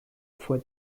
fue